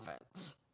offense